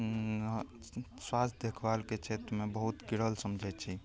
स्वास्थ्य देखभालके क्षेत्रमे बहुत गिरल समझै छी